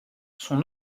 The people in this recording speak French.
son